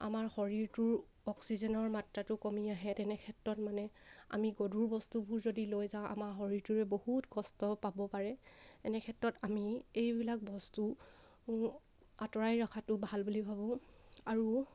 আমাৰ শৰীৰটোৰ অক্সিজেনৰ মাত্ৰাটো কমি আহে তেনেক্ষেত্ৰত মানে আমি গধুৰ বস্তুবোৰ যদি লৈ যাওঁ আমাৰ শৰীৰটোৰে বহুত কষ্ট পাব পাৰে এনেক্ষেত্ৰত আমি এইবিলাক বস্তু আঁতৰাই ৰখাটো ভাল বুলি ভাবোঁ আৰু